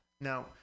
Now